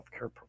healthcare